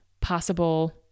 possible